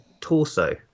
torso